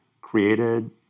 created